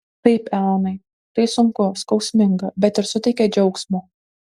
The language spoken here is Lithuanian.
taip eonai tai sunku skausminga bet ir suteikia džiaugsmo